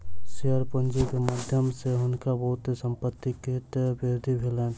share पूंजी के माध्यम सॅ हुनका बहुत संपत्तिक वृद्धि भेलैन